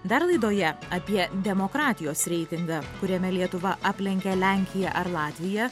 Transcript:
dar laidoje apie demokratijos reitingą kuriame lietuva aplenkė lenkiją ar latviją